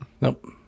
Nope